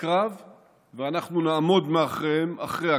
לקרב ואנחנו נעמוד מאחוריהם אחרי הקרב.